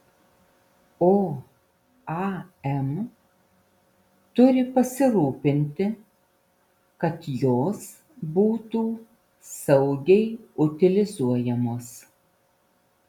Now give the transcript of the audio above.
o am turi pasirūpinti kad jos būtų saugiai utilizuojamos